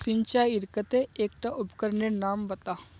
सिंचाईर केते एकटा उपकरनेर नाम बता?